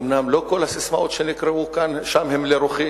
אומנם לא כל הססמאות שנקראו שם הן לרוחי.